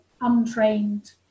untrained